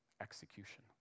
execution